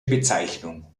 bezeichnung